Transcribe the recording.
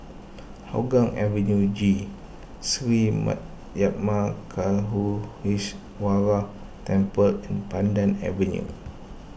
Hougang Avenue G Sri Temple and Pandan Avenue